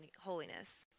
holiness